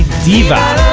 diva